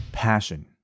passion